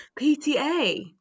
PTA